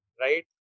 right